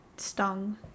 stung